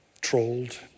trolled